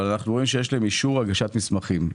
אבל אנחנו רואים שיש להם אישור הגשת מסמכים.